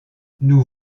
nous